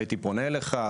הייתי פונה אליך,